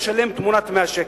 לשלם תמורת זה 100 שקל.